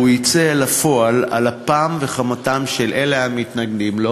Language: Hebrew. והוא יצא אל הפועל על אפם וחמתם של אלה המתנגדים לו,